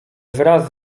wraz